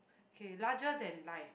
okay larger than life